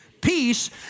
peace